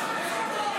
עכשיו.